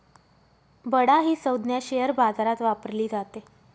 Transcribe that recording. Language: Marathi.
बडा ही संज्ञा शेअर बाजारात वापरली जाते